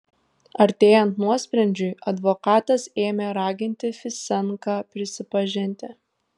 artėjant nuosprendžiui advokatas ėmė raginti fisenką prisipažinti